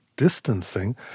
Distancing